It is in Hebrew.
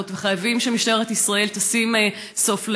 וחייבים שמשטרת ישראל תשים סוף לעניין.